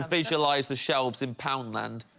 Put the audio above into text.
visualize the shelves in poundland